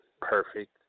perfect